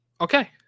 Okay